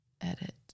edit